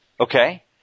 Okay